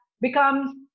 becomes